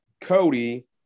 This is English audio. Cody